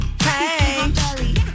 Hey